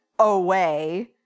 away